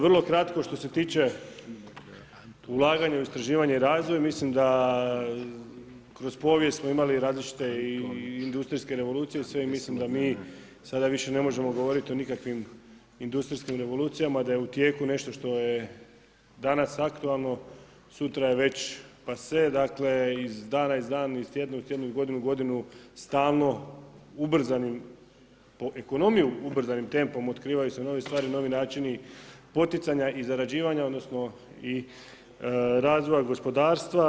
Vrlo kratko, što se tiče ulaganja u istraživanje i razvoj mislim da kroz povijest smo imali i različite industrijske revolucije i sve i mislim da mi sada više ne možemo govoriti o nikakvim industrijskim revolucijama, da je u tijeku nešto što je danas aktualno, sutra je već, … dakle iz dana u dan, iz tjedna u tjedan iz godine u godinu stalno ubrzanim, po ekonomiju ubrzanim tempom otkrivaju se nove stvari i novi načini poticanja i zarađivanja odnosno i razvoja gospodarstva.